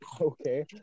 Okay